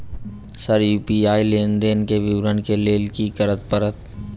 Sir UPI लेनदेन केँ विवरण केँ लेल की करऽ परतै?